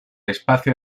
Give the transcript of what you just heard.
espacio